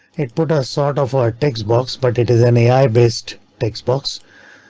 it put a sort of our text box, but it is an ai based text box.